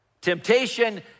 Temptation